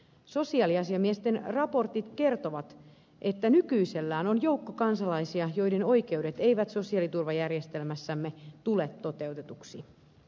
sosiaaliasiamiesten raportit kertovat että nykyisellään on joukko kansalaisia joiden oikeudet eivät sosiaaliturvajärjestelmässämme tule toteutetuiksi